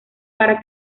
para